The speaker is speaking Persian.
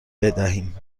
بدهیم